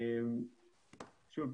שוב,